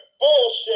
bullshit